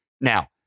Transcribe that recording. Now